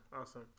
Awesome